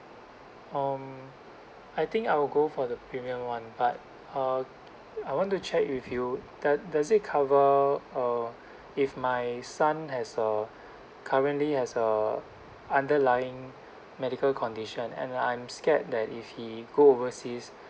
um I think I'll go for the premium [one] but uh I want to check with you do~ does it cover uh if my son has a currently has a underlying medical condition and I'm scared that if he go overseas